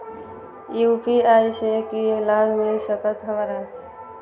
UPI से की लाभ मिल सकत हमरा?